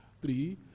Three